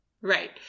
Right